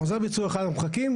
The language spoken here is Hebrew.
חוזר ביצוע אחד אנחנו מחכים.